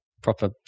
proper